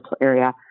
area